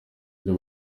ibyo